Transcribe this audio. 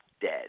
dead